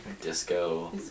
Disco